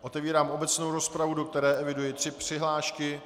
Otevírám obecnou rozpravu, do které eviduji tři přihlášky.